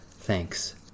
Thanks